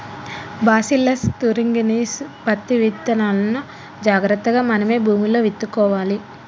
bacillus thuringiensis పత్తి విత్తనాలును జాగ్రత్తగా మనమే భూమిలో విత్తుకోవాలి